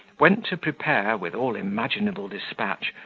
went to prepare, with all imaginable despatch,